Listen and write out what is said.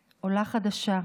חדשה,